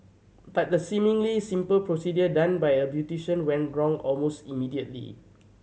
but the seemingly simple procedure done by a beautician went wrong almost immediately